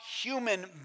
human